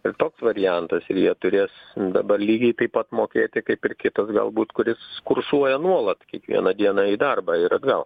ir toks variantas ir jie turės dabar lygiai taip pat mokėti kaip ir kitas galbūt kuris kursuoja nuolat kiekvieną dieną į darbą ir atgal